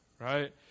right